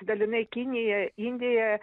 dalinai kinija indija